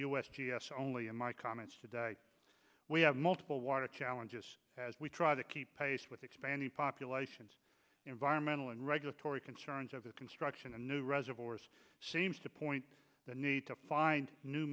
s only in my comments today we have multiple water challenges as we try to keep pace with expanding populations environmental and regulatory concerns of the construction of new reservoirs seems to point the need to find new